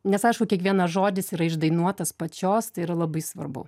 nes aišku kiekvienas žodis yra išdainuotas pačios tai yra labai svarbu